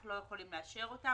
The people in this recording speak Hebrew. אנחנו לא יכולים לאשר אותם.